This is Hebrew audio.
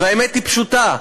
והאמת היא פשוטה: